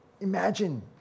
Imagine